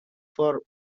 for